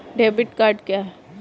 Debit card क्या है?